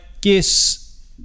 guess